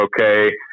Okay